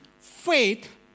faith